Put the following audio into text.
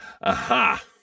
Aha